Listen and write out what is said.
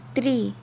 three